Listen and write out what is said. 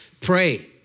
pray